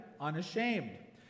unashamed